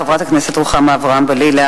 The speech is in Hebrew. תודה לחברת הכנסת רוחמה אברהם-בלילא.